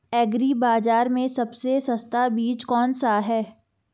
Agree बाज़ार में सबसे सस्ता बीज कौनसा है?